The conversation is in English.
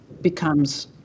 becomes